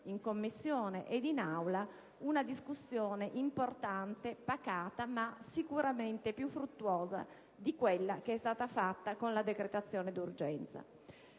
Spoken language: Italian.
in Commissione ed in Aula una discussione importante, pacata ma sicuramente più fruttuosa di quella fatta con la decretazione d'urgenza.